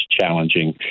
challenging